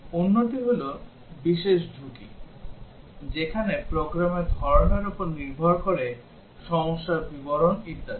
অন্যটি হল বিশেষ ঝুঁকি যেখানে প্রোগ্রামের ধরণের উপর নির্ভর করে সমস্যার বিবরণ ইত্যাদি